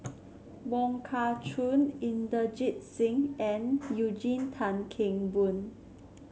Wong Kah Chun Inderjit Singh and Eugene Tan Kheng Boon